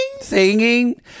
Singing